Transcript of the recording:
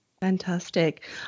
fantastic